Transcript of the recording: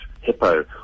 Hippo